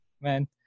man